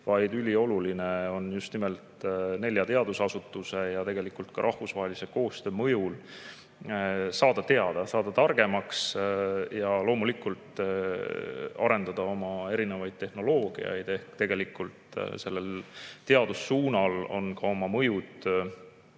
vaid ülioluline on just nimelt nelja teadusasutuse ja tegelikult ka rahvusvahelise koostöö tulemusena saada teada, saada targemaks ja loomulikult arendada oma tehnoloogiaid. Ehk tegelikult on sellel teadussuunal ka selged mõjud